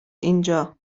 اینجا